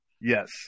yes